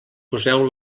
poseu